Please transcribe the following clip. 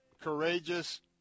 courageous